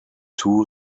two